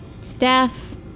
staff